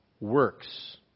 Works